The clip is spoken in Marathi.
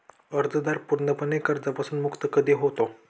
कर्जदार पूर्णपणे कर्जापासून मुक्त कधी होतो?